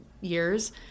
years